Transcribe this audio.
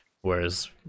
whereas